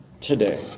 today